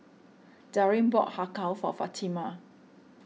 Darin bought Har Kow for Fatima